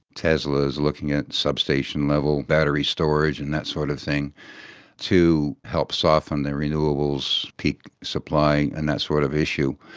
tesla is looking at substation level battery storage and that sort of thing to help soften their renewables peak supply and that sort of issue.